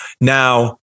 Now